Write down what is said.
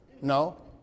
No